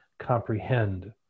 Comprehend